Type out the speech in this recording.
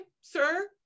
sir